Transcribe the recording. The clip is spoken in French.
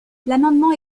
l’amendement